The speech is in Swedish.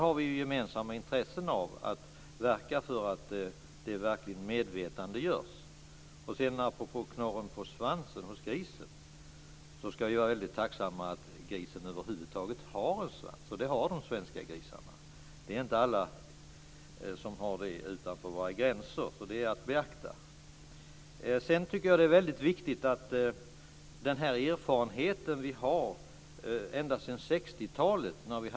Vi har ett gemensamt intresse att verka för att det verkligen medvetandegörs. Apropå grisens knorr på svansen så ska vi vara väldigt tacksamma för att grisen över huvud taget har en svans, vilket de svenska grisarna har. Det är inte alla grisar utanför våra gränser som har det, vilket man ska beakta. Jag tycker att den erfarenhet som vi har ända sedan 60-talet är väldigt viktig.